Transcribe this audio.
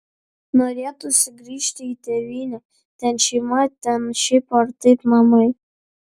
norėtųsi grįžti į tėvynę ten šeima ten šiaip ar taip namai